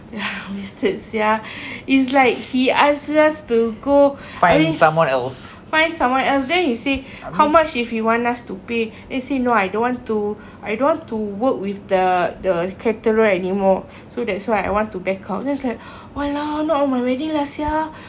ya wasted sia it's like he asked us to go I mean find someone else then he said how much if you want us to pay I say no I don't want to I don't want to work with the the caterer anymore so that's why I want to back out then I was like !walao! not on my wedding lah sia